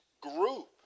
group